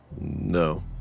No